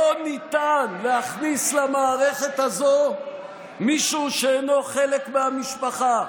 לא ניתן להכניס למערכת הזו מישהו שאינו חלק מהמשפחה".